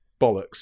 bollocks